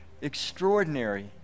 extraordinary